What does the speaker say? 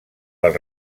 les